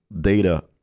Data